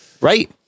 right